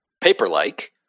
Paper-like